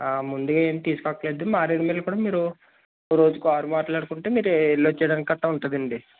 ముందుగా ఏం తీసుకోక్కరలెదు మారేడుమిల్లి కూడా మీరు ఓ రోజు కారు మాట్లాడుకుంటే మీరు వెళ్ళి వచ్చేయడానికి గట్రా ఉంటుందండి